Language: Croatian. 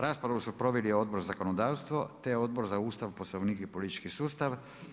Raspravu su proveli Odbor za zakonodavstvo, te Odbor za Ustav Poslovnik i politički sustav.